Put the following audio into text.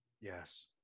Yes